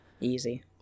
easy